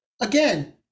again